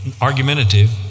Argumentative